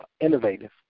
innovative